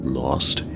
lost